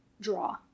draw